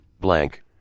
Blank